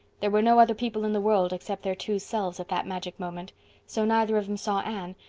there were no other people in the world except their two selves at that magic moment so neither of them saw anne,